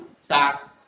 stocks